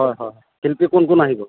হয় হয় শিল্পী কোন কোন আহিব